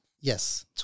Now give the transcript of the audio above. Yes